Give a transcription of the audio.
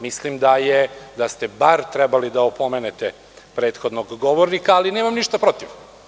Mislim da ste bar trebali da opomenete prethodnog govornika, ali nemam ništa protiv.